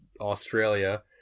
Australia